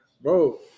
Bro